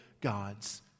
God's